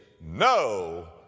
no